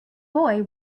boy